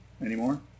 Anymore